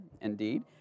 indeed